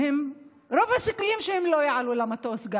ורוב הסיכויים שהם לא יעלו למטוס.